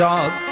Dog